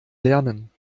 lernen